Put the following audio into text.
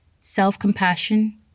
self-compassion